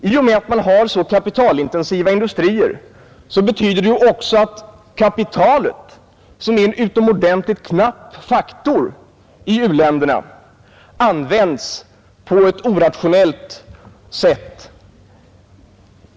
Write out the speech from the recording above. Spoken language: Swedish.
I och med att man har så kapitalintensiva industrier används kapitalet, som är en utomordentligt knapp faktor i u-länderna, på ett orationellt sätt.